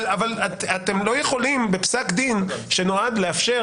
אבל אתם לא יכולים בפסק דין, שנועד לאפשר